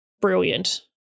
brilliant